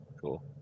Cool